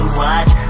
watch